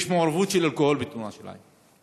יש מעורבות של אלכוהול בתאונה שלהם.